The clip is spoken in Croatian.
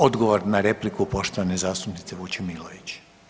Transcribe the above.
Odgovor na repliku poštovane zastupnice Vučemilović.